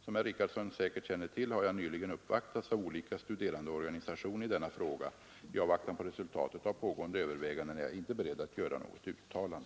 Som herr Richardson säkert känner till har jag nyligen uppvaktats av olika studerandeorganisationer i denna fråga. I avvakten på resultatet av pågående överväganden är jag inte beredd att göra något uttalande.